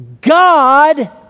God